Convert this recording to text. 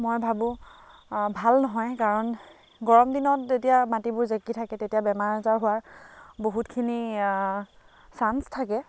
মই ভাবোঁ ভাল নহয় কাৰণ গৰম দিনত যেতিয়া মাটিবোৰ জেকি থাকে তেতিয়া বেমাৰ আজাৰ হোৱাৰ বহুতখিনি চাঞ্চ থাকে